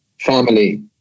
family